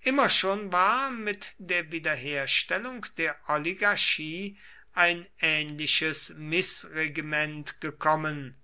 immer schon war mit der wiederherstellung der oligarchie ein ähnliches mißregiment gekommen